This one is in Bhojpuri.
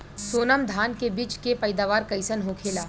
सोनम धान के बिज के पैदावार कइसन होखेला?